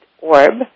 orb